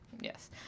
yes